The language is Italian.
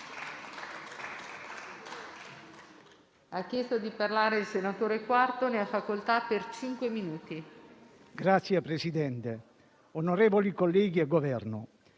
Signor Presidente, onorevoli colleghi e Governo,